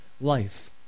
life